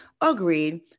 agreed